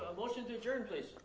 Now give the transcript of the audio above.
motion to adjourn, please.